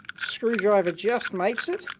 screwdriver just makes it,